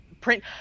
print